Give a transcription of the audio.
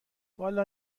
والا